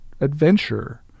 adventure